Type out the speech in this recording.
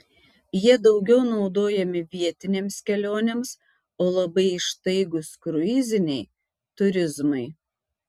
jie daugiau naudojami vietinėms kelionėms o labai ištaigūs kruiziniai turizmui